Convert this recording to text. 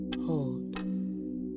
Hold